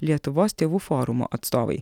lietuvos tėvų forumo atstovai